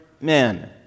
men